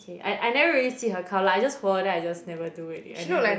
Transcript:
okay I I never really see her account lah I just follow then I just never do already I never do any